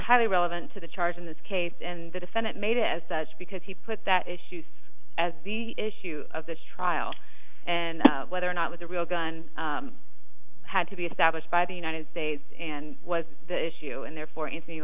highly relevant to the charge in this case and the defendant made it as such because he put that issues as the issue of the trial and whether or not was a real gun had to be established by the united states and was the issue and therefore anything you